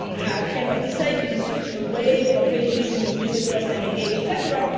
have kind of decidedly switched away from page unique visitors, time engaged, etc,